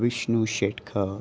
Vishnu Shetkar